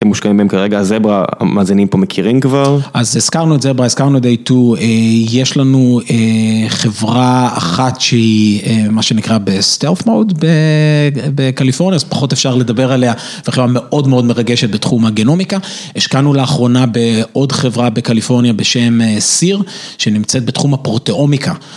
אתם מושקעים בהם כרגע, אז זברה, המאזינים פה מכירים כבר? - אז הזכרנו את זברה, הזכרנו את Day2, יש לנו חברה אחת שהיא, מה שנקרא ב-stealth mode בקליפורניה, אז פחות אפשר לדבר עליה, זו חברה מאוד מאוד מרגשת בתחום הגנומיקה. השקענו לאחרונה בעוד חברה בקליפורניה בשם Seer, שנמצאת בתחום הפרוטיאומיקה.